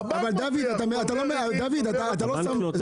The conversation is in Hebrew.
דוד, אבל אתה לא שם לב.